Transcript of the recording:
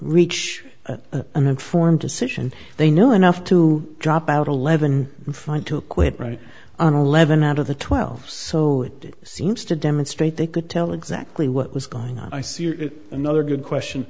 reach an informed decision they know enough to drop out a leaven fine to quit right on eleven out of the twelve so it seems to demonstrate they could tell exactly what was going on i see another good question